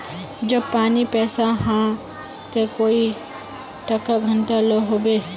जब पानी पैसा हाँ ते कई टका घंटा लो होबे?